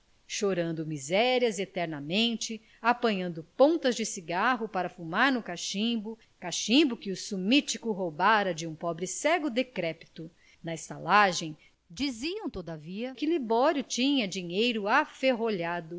chorando misérias eternamente apanhando pontas de cigarro para fumar no cachimbo cachimbo que o sumítico roubara de um pobre cego decrépito na estalagem diziam todavia que libório tinha dinheiro aferrolhado